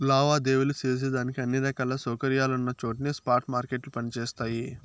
లావాదేవీలు సేసేదానికి అన్ని రకాల సౌకర్యాలున్నచోట్నే స్పాట్ మార్కెట్లు పని జేస్తయి